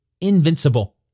invincible